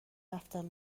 رفتم